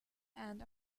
and